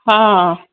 हा